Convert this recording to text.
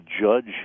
judge